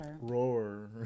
Roar